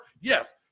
yes